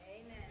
Amen